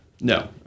No